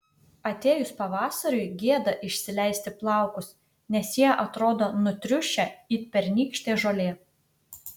atėjus pavasariui gėda išsileisti plaukus nes jie atrodo nutriušę it pernykštė žolė